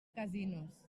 casinos